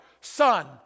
Son